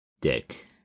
dick